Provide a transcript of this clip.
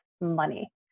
money